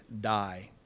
die